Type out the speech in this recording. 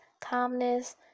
calmness